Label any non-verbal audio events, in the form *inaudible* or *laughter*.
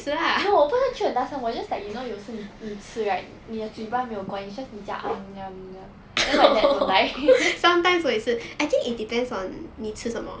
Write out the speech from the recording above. no 我不是 chew 很大声我 just like you know 有时候你你吃 right 你的嘴巴没有关 just 你这样 *noise* then my dad don't like